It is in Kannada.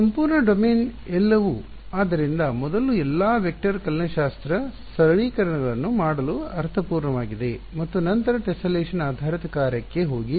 ಸಂಪೂರ್ಣ ಡೊಮೇನ್ ಎಲ್ಲವೂ ಆದ್ದರಿಂದ ಮೊದಲು ಎಲ್ಲಾ ವೆಕ್ಟರ್ ಕಲನಶಾಸ್ತ್ರ ಸರಳೀಕರಣಗಳನ್ನು ಮಾಡಲು ಅರ್ಥಪೂರ್ಣವಾಗಿದೆ ಮತ್ತು ನಂತರ ಟೆಸ್ಸೆಲೇಷನ್ ಆಧಾರಿತ ಕಾರ್ಯಕ್ಕೆ ಹೋಗಿ